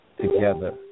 together